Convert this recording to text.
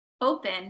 open